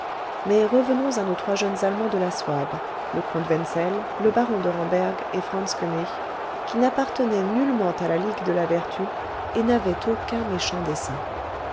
mais revenons à nos trois jeunes allemands de la souabe le comte wenzel le baron de ramberg et franz koënig qui n'appartenaient nullement à la ligue de la vertu et n'avaient aucun méchant dessein